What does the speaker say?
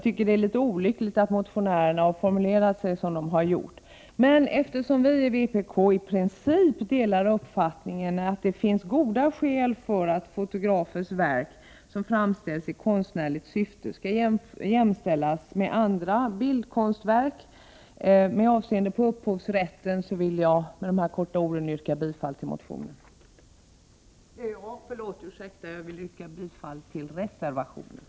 Jag tycker att det är litet olyckligt att motionärerna har formulerat sig som de har gjort, men eftersom vi i vpk i princip delar uppfattningen att det finns goda skäl för att fotografers verk, som framställs i konstnärligt syfte, skall jämställas med andra bildkonstverk med avseende på upphovsrätten, vill jag med dessa få ord yrka bifall till reservationen.